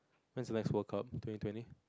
when's the next World Cup twenty twenty